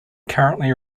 currently